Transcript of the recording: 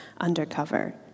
undercover